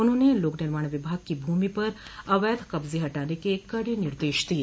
उन्होंने लोक निर्माण विभाग की भूमि पर अवैध कब्जे हटाने के कड़े निर्देश दिये